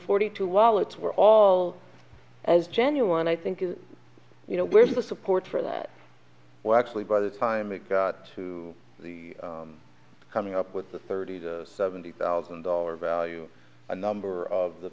forty two wallets were all as genuine i think you know where's the support for that well actually by the time it got to the coming up with the thirty to seventy thousand dollar value a number of the